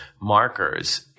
markers